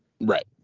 Right